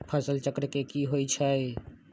फसल चक्र की होइ छई?